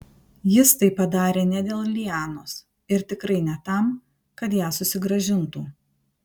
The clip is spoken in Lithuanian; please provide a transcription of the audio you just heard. jis tai padarė ne dėl lianos ir tikrai ne tam kad ją susigrąžintų